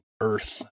earth